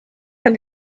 kann